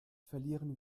verlieren